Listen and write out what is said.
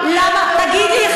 תגיד לי,